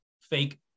fake